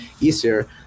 easier